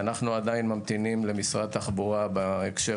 אנו עדיין ממתינים למשרד התחבורה בהקשר